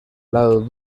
lado